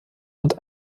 und